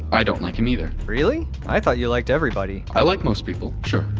i don't like him either really? i thought you liked everybody i like most people, sure,